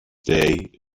day